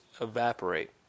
evaporate